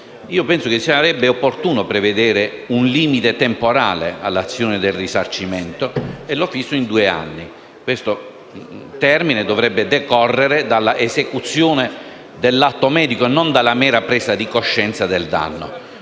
l'esigenza, sarebbe opportuno prevedere un limite temporale all'azione del risarcimento, che fisso in due anni; termine che dovrebbe decorrere dall'esecuzione dell'atto medico e non dalla mera presa di coscienza del danno.